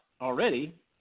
already